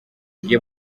iyo